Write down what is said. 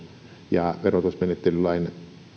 ja verotusmenettelylain kolmaskymmenesensimmäinen pykälä joka